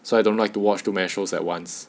so I don't like to watch too many shows at once